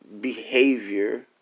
behavior